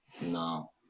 No